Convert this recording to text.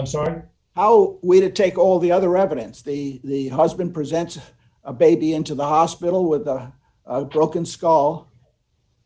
i'm sorry how would it take all the other evidence the husband presents a baby into the hospital with a broken skull